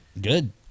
Good